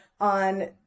on